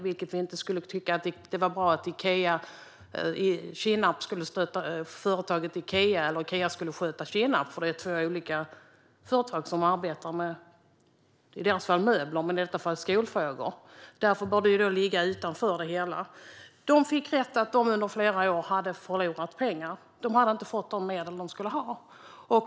Vi skulle inte tycka att det vore bra om företaget Ikea skulle sköta möbelföretaget Kinnarps, för det är två olika företag som arbetar med i deras fall möbler, men i detta fall är det skolfrågor. Därför bör det ligga utanför det hela. De fick rätt i att de under flera år hade förlorat pengar. De hade inte fått de medel som de skulle ha.